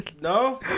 No